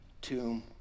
tomb